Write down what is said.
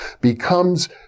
becomes